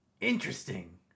Interesting